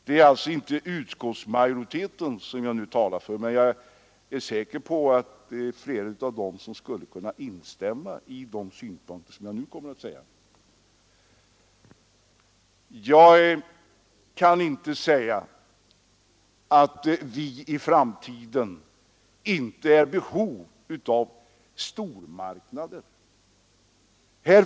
Det är alltså inte utskottsmajoriteten som jag nu talar för, även om jag är säker på att flera i den skulle kunna instämma i de synpunkter som jag kommer att framföra: Jag kan inte säga att vi i framtiden inte är i behov av stormarknader.